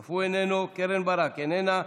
אף הוא איננו, איננו קרן ברק, איננה.